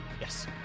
yes